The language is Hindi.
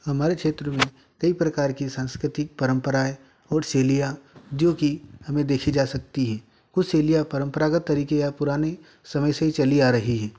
हमारे क्षेत्र में कई प्रकार की सांस्कृतिक परंपराएँ और शैलियाँ जो कि हमें देखी जा सकती हें कुछ शैलियाँ परंपरागत तरीके या पुराने समय से चली आ रही हैं